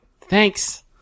Thanks